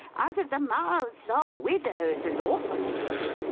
out of the mouths of widows and orphans